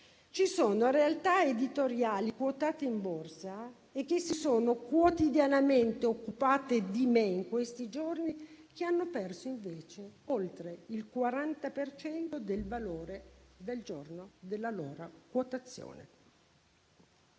ci sono realtà editoriali quotate in borsa, che si sono quotidianamente occupate di me in questi giorni, le quali hanno perso invece oltre il 40 per cento del valore dal giorno della loro quotazione.